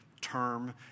term